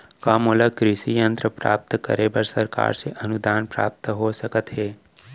का मोला कृषि यंत्र प्राप्त करे बर सरकार से अनुदान प्राप्त हो सकत हे?